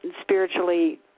spiritually